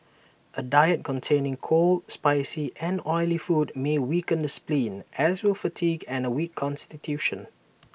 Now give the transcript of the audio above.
A diet containing cold spicy and oily food may weaken the spleen as will fatigue and A weak Constitution